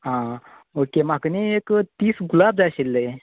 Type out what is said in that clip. आ okay म्हाका न्ही एक तीस गुलाब जाय आशिल्लें